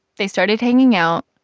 they started hanging out.